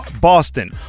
Boston